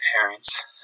parents